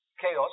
chaos